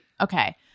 Okay